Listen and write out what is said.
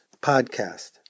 podcast